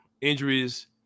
Injuries